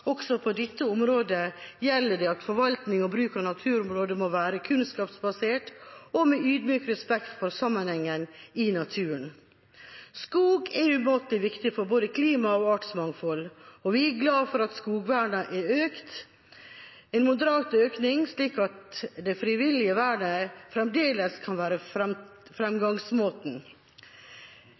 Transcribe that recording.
Også på dette området gjelder det at forvaltning og bruk av naturområdene må være kunnskapsbasert og skje med ydmyk respekt for sammenhengen i naturen. Skog er umåtelig viktig både for klimaet og for artsmangfoldet. Vi er glad for at skogvernet er økt – en moderat økning, slik at det frivillige vernet fremdeles kan være fremgangsmåten.